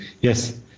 Yes